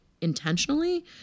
intentionally